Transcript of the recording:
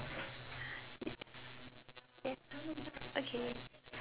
okay